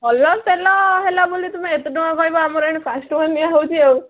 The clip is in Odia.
ଭଲ ତେଲ ହେଲା ବୋଲି ତୁମେ ଏତେ ଟଙ୍କା କହିବ ଆମର ଏଇଠି ପାଞ୍ଚ ଟଙ୍କାରେ ନିଆ ହଉଛି ଆଉ